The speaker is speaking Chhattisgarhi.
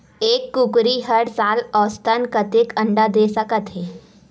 एक कुकरी हर साल औसतन कतेक अंडा दे सकत हे?